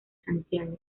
santiago